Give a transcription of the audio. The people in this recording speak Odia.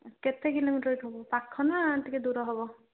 କେତେ କିଲୋମିଟର ଏଠୁ ପାଖ ନା ଟିକେ ଦୂର ହେବ